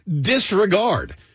disregard